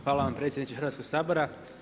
Hvala vam predsjedniče Hrvatskoga sabora.